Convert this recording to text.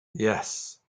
yes